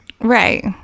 right